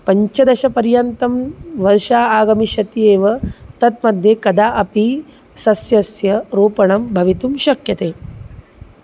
पञ्चदशपर्यन्तं वर्षा आगमिष्यति एव तन्मध्ये कदा अपि सस्यस्य रोपणं भवितुं शक्यते